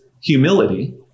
humility